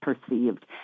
perceived